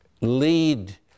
lead